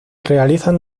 realizan